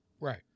Right